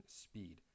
speed